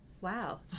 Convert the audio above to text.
Wow